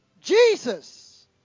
Jesus